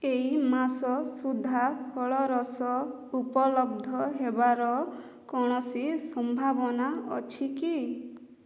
ଏହି ମାସ ସୁଦ୍ଧା ଫଳରସ ଉପଲବ୍ଧ ହେବାର କୌଣସି ସମ୍ଭାବନା ଅଛି କି